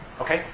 Okay